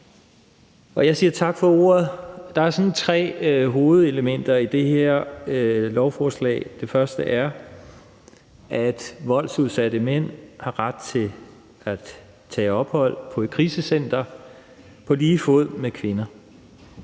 og jeg siger tak for ordet. Der er i det her lovforslag sådan tre hovedelementer, og det første element er, at voldsudsatte mænd har ret til at tage ophold på et krisecenter på lige fod med kvinder.